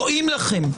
רואים לכם.